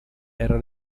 era